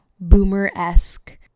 boomer-esque